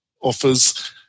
offers